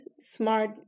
smart